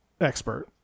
expert